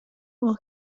will